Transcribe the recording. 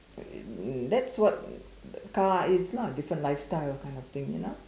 that's what a car is lah different kind of lifestyle kind of thing you know